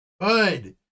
good